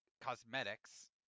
cosmetics